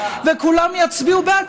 וכולם יצביעו בעד,